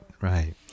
right